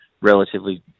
relatively